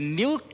new